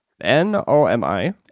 n-o-m-i